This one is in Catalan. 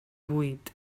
vuit